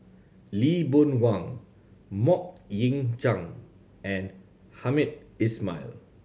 Lee Boon Wang Mok Ying Jang and Hamed Ismail